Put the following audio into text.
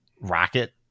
rocket